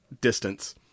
distance